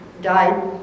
died